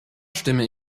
stimme